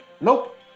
Nope